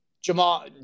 Jamal